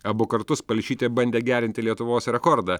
abu kartus palšytė bandė gerinti lietuvos rekordą